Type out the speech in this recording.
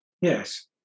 yes